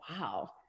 wow